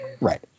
Right